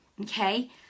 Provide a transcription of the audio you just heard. Okay